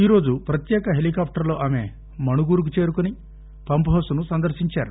ఈరోజు ప్రత్యేక పాలికాప్టర్లో ఆమె మణుగూరుకి చేరుకొని పంప్ హౌస్ ను సందర్పించారు